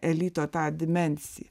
elito tą dimensiją